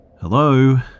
Hello